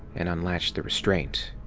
and unlatched the restraint.